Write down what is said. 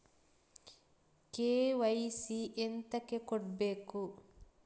KYC ಎಂತಕೆ ಕೊಡ್ಬೇಕು?